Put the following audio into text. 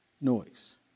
noise